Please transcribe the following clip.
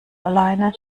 alleine